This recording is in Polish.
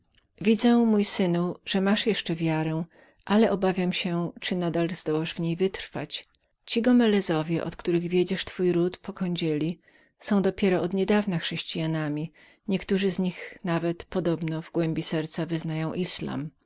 widzę mój synu że masz jeszcze wiarę ale obawiam się abyś na dalnadal zdołał w niej wytrwać ci gomelezowie od których wiedziesz twój ród po kądzieli są od niedawna dopiero chrześcijanami niektórzy z nich nawet jak mówią w głębi serca wyznają islamizm w